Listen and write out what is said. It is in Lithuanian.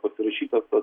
pasirašytas tas